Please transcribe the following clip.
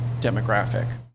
demographic